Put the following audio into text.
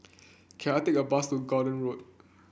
can I take a bus to Gordon Road